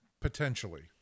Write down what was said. potentially